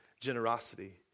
generosity